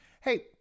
Hey